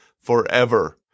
forever